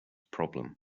problem